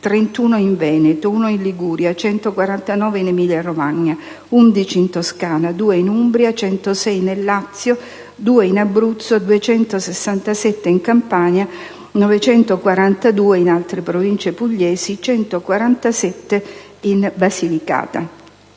31 in Veneto, 1 in Liguria, 149 in Emilia-Romagna, 11 in Toscana, 2 in Umbria, 106 nel Lazio, 2 in Abruzzo, 267 in Campania, 942 in altre province pugliesi e 147 in Basilicata.